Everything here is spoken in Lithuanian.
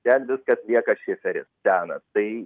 ten viskas lieka šiferis senas tai